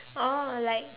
oh like